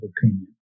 opinion